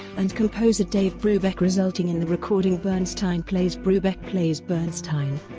and composer dave brubeck resulting in the recording bernstein plays brubeck plays bernstein.